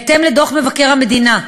בהתאם לדוח מבקר המדינה,